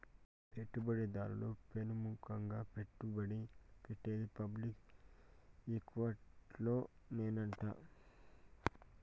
పెట్టుబడి దారులు పెముకంగా పెట్టుబడి పెట్టేది పబ్లిక్ ఈక్విటీలోనేనంట